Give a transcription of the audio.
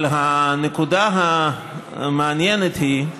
אבל הנקודה המעניינת היא,